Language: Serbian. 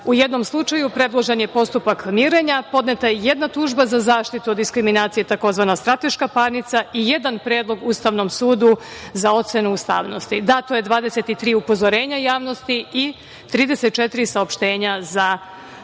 jednom slučaju predložen je postupak mirenja, podneta je jedna tužba za zaštitu od diskriminacije, tzv. strateška parnica i jedan predlog Ustavnom sudu za ocenu ustavnosti. Dakle, dato je 23 upozorenja javnosti i 34 saopštenja za